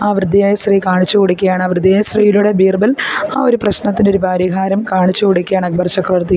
ആ വൃദ്ധയായ സ്ത്രീ കാണിച്ചു കൊടുക്കുകയാണ് ആ വൃദ്ധയായ സ്ത്രീയിലൂടെ ബീർബൽ ആ ഒരു പ്രശ്നത്തിനൊരു പരിഹാരം കാണിച്ചു കൊടുക്കുകയാണക്ബര് ചക്രവര്ത്തിക്ക്